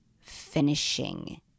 finishing